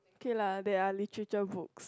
K lah there are literature books